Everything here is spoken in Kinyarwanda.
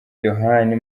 yohani